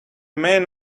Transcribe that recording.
men